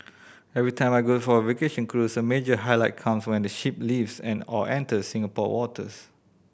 every time I go for a vacation cruise a major highlight comes when the ship leaves and or enters Singapore waters